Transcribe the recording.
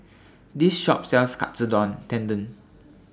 This Shop sells Katsu Tendon